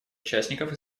участников